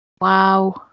Wow